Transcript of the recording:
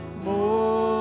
More